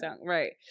Right